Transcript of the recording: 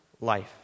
life